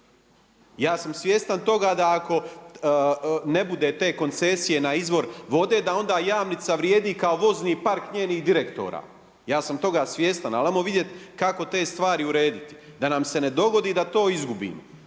Ja sam svjestan toga da ako ne bude te koncesije na izvor vode, da onda Jamnica vrijedi kao vozni park njenih direktora. Ja sam toga svjestan, ali ajmo vidjeti kako te stvari urediti, da nam se ne dogodi da to izgubimo.